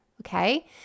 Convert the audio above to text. Okay